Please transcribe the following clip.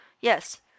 yes